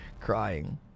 crying